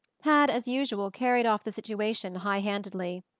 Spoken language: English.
had, as usual, carried off the situation high-handedly.